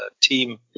team